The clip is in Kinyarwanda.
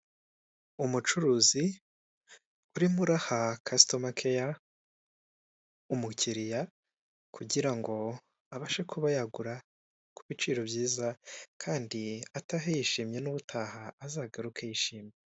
Umucuruzi urimo uraha Kasitomakeya umukiriya kugira ngo abashe kuba yagura ku biciro byiza kandi atahe yishimye n'ubutaha azagaruke yishimye.